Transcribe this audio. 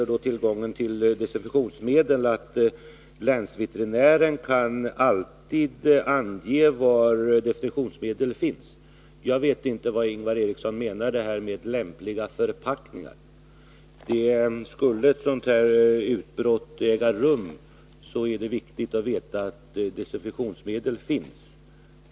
Länsveterinären kan alltid ange var desinfektionsmedel finns. Jag vet inte vad Ingvar Eriksson menar med lämpliga förpackningar. Skulle ett utbrott av sådana här husdjurssjukdomar äga rum, är det viktigt att veta att desinfektionsmedel finns.